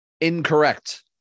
Incorrect